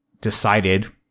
decided